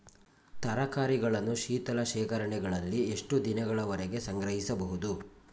ತರಕಾರಿಗಳನ್ನು ಶೀತಲ ಶೇಖರಣೆಗಳಲ್ಲಿ ಎಷ್ಟು ದಿನಗಳವರೆಗೆ ಸಂಗ್ರಹಿಸಬಹುದು?